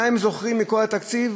מה הם זוכרים מכל התקציב?